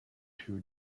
two